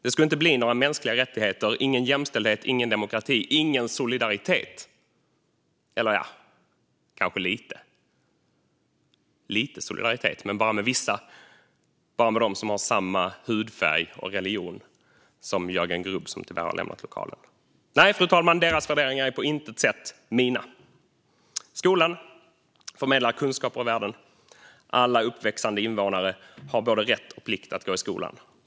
Det skulle inte bli några mänskliga rättigheter, ingen jämställdhet, ingen demokrati och ingen solidaritet. Eller jo, kanske lite solidaritet, men bara med vissa - bara med dem som har samma hudfärg och religion som Jörgen Grubb, som tyvärr har lämnat lokalen. Nej, fru talman, deras värderingar är på intet sätt mina. Skolan förmedlar kunskaper och värden. Alla uppväxande invånare har både rätt och plikt att gå i skolan.